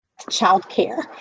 childcare